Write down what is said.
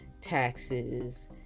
taxes